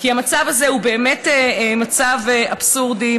כי המצב הזה הוא באמת מצב אבסורדי.